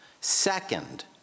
Second